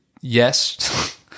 yes